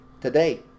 Today